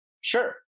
sure